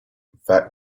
that